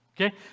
Okay